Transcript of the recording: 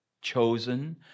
chosen